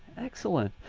excellent.